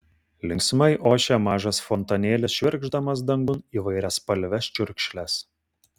linksmai ošė mažas fontanėlis švirkšdamas dangun įvairiaspalves čiurkšles